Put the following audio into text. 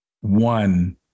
one